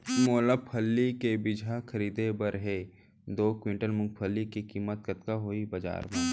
मोला फल्ली के बीजहा खरीदे बर हे दो कुंटल मूंगफली के किम्मत कतका होही बजार म?